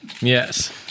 Yes